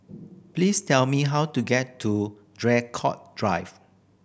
please tell me how to get to Draycott Drive